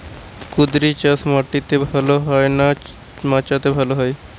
কুঁদরি চাষ মাটিতে ভালো হয় না মাচাতে ভালো হয়?